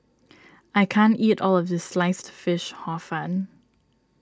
I can't eat all of this Sliced Fish Hor Fun